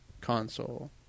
console